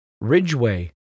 Ridgeway